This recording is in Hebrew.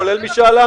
כולל משאל העם.